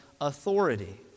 authority